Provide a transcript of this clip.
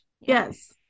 yes